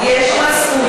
אוקיי?